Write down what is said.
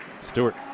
Stewart